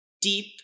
deep